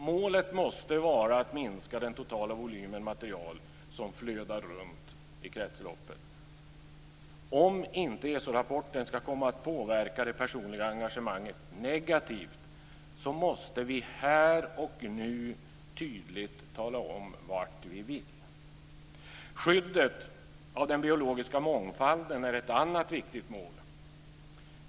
Målet måste vara att minska den totala volymen material som flödar runt i kretsloppet. För att ESO-rapporten inte ska komma att påverka det personliga engagemanget negativt måste vi här och nu tydligt tala om vart vi vill. Skyddet av den biologiska mångfalden är ett annat viktigt mål.